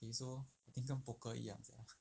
okay so I think 跟 poker 一样 sia